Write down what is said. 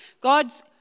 God's